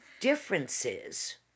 differences